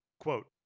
Quote